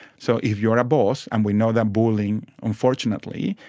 so if you are a boss, and we know that bullying unfortunately,